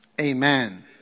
Amen